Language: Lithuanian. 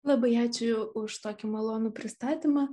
labai ačiū už tokį malonų pristatymą